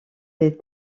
des